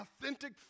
authentic